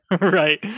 Right